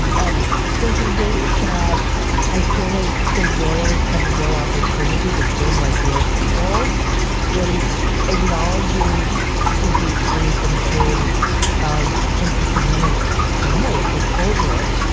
and and there's a way that i feel like the royals have a real opportunity to seem like real people in acknowledging the deep grief and pain of princess diana's family, of her children,